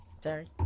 Sorry